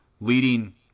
leading